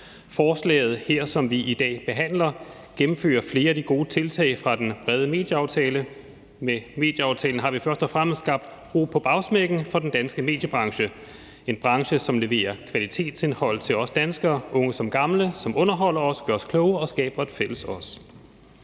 forslaget, som vi i dag behandler, vil man gennemføre flere af de gode tiltag fra den brede medieaftale. Med medieaftalen har vi først og fremmest skabt ro på bagsmækken for den danske mediebranche, en branche, som leverer kvalitetsindhold til os danskere, unge som gamle, og som underholder os, gør os klogere og skaber et fælles os.